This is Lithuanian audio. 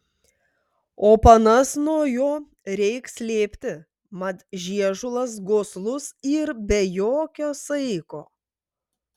o panas nuo jo reik slėpti mat žiežulas goslus yr be jokio saiko